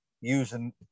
using